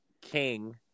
King